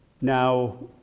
Now